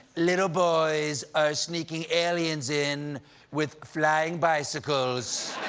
little boys are sneaking aliens in with flying bicycles.